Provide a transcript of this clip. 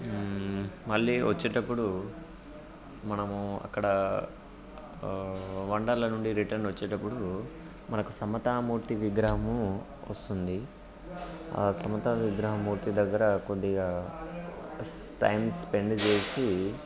మళ్ళీ వచ్చేటప్పుడు మనము అక్కడ వండర్లా నుండి రిటర్న్ వచ్చేటప్పుడు మనకు సమతా మూర్తి విగ్రహాము వస్తుంది ఆ సమతా విగ్రహమూర్తి దగ్గర కొద్దిగా స్ టైం స్పెండ్ చేసి